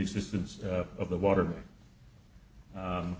existence of the water